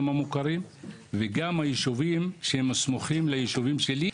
המוכרים וגם על הישובים שסמוכים לישובים שלי,